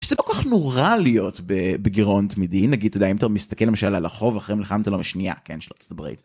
זה לא כל כך נורא להיות בגרעון תמידי, אם נגיד, אתה יודע, אם אתה מסתכל למשל על החוב אחרי מלחמת העולם השניה, כן, של ארצות הברית.